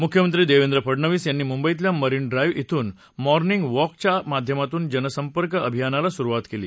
मुख्यमंत्री देवेंद्र फडनवीस यांनी मुंबईतल्या मरीन ड्राईव्ह इथून मॉर्निंग वॉक च्या माध्यमातून जनसंपर्क अभियानाला सुरवात केली